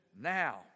now